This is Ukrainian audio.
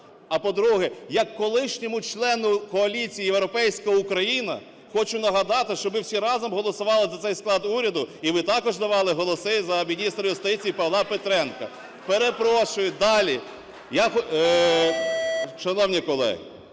А по-друге, як колишньому члену коаліції "Європейська Україна" хочу нагадати, що ми всі разом голосували за цей склад уряду, і ви також давали голоси і за міністра юстиції Павла Петренка, перепрошую. Далі. Шановні колеги,